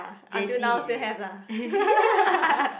j_c is it